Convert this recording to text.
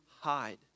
hide